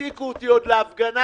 לתת לעסקים